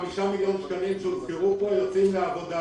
סוכם שהחמישה מיליון שקלים שהוזכרו כאן יוצאו לעבודה.